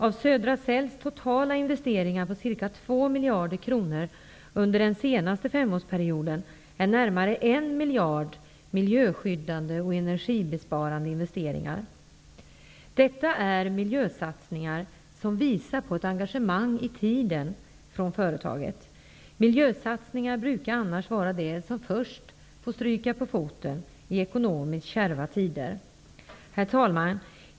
Av Södra Cells totala investeringar på ca 2 miljarder kronor under den senaste femårsperioden är närmare 1 miljard miljöskyddande och energibesparande investeringar. Detta är miljösatsningar som visar på ett engagemang i tiden från företaget. Miljösatsningar brukar annars vara det som först får stryka på foten i ekonomiskt kärva tider. Herr talman!